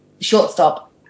shortstop